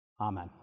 Amen